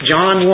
John